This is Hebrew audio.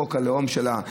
חוק הלאום שלה.